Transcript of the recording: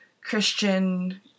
christian